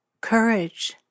courage